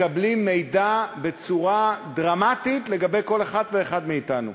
מקבלים מידע בצורה דרמטית לגבי כל אחד ואחת מאתנו.